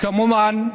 כמובן,